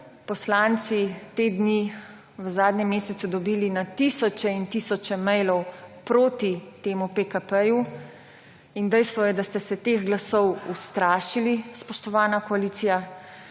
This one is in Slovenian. poslanci te dni v zadnjem mesecu dobili na tisoče in tisoče mailov proti temu pekapeju, in dejstvo je, da ste se teh glasov ustrašili, spoštovana koalicija.